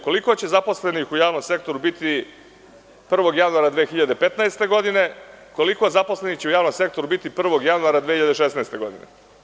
Koliko će zaposlenih u javnom sektoru biti 1. januara 2015. godine, koliko zaposlenih u javnom sektoru će biti 1. januara 2016. godine?